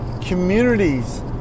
Communities